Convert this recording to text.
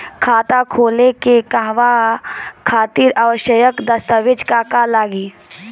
खाता खोले के कहवा खातिर आवश्यक दस्तावेज का का लगी?